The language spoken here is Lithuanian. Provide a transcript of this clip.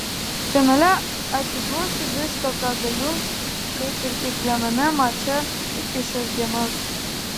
finale atiduosiu viską ką galiu kaip ir kiekviename mače iki šios dienos